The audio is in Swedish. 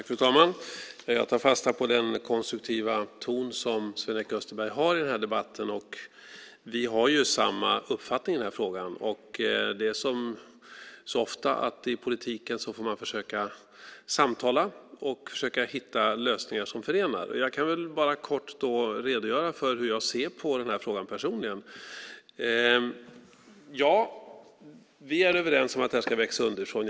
Fru talman! Jag tar fasta på den konstruktiva ton som Sven-Erik Österberg har i den här debatten. Vi har samma uppfattning i den här frågan. Som så ofta i politiken får man försöka samtala och hitta lösningar som förenar. Jag kan kort redogöra för hur jag ser på den här frågan personligen. Ja, vi är överens om att det här ska växa underifrån.